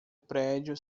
prédio